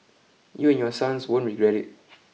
you and your sons won't regret it